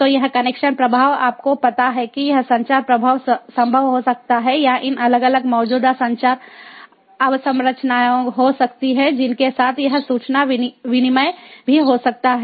तो यह कनेक्शन प्रवाह आपको पता है कि यह संचार प्रवाह संभव हो सकता है या इन अलग अलग मौजूदा संचार अवसंरचनाएं हो सकती हैं जिनके साथ यह सूचना विनिमय भी हो सकता है